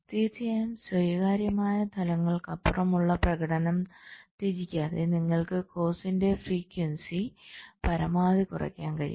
തീർച്ചയായും സ്വീകാര്യമായ തലങ്ങൾക്കപ്പുറമുള്ള പ്രകടനം ത്യജിക്കാതെ നിങ്ങൾക്ക് കോഴ്സിന്റെ ഫ്രിക്വൻസി പരമാവധി കുറയ്ക്കാൻ കഴിയും